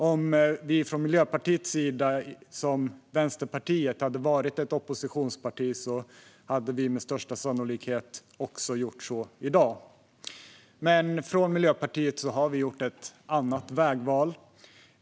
Om vi från Miljöpartiets sida hade varit ett oppositionsparti - som Vänsterpartiet - hade vi med största sannolikhet också gjort så i dag. Men Miljöpartiet har gjort ett annat vägval.